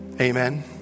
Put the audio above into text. Amen